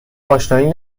آشنایی